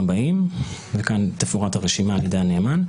הבאים: (כאן תפורט הרשימה על ידי הנאמן).